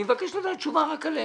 אני מבקש לדעת תשובה רק לגביהם.